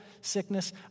sickness